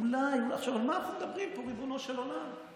ועל מה אנחנו מדברים פה, ריבונו של עולם?